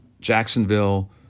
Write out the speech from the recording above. Jacksonville